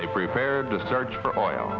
they prepared to search for oil